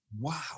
wow